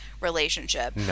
relationship